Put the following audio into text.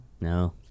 No